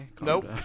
Nope